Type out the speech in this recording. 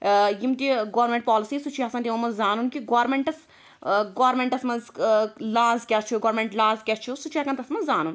ٲں یم تہِ گورمیٚنٛٹ پالِسیٖز سُہ چھُ یَژھان تمو مَنٛز زانُن کہِ گورمنٹَس ٲں گورمنٹَس مَنٛز ٲں لاز کیٛاہ چھُ گورمیٚنٛٹ لاز کیٛاہ چھُ سُہ چھُ ہیٚکان تتھ مَنٛز زانُن